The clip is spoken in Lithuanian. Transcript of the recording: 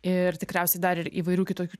ir tikriausiai dar ir įvairių kitokių